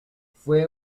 fue